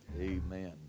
Amen